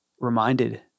reminded